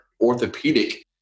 orthopedic